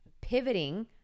pivoting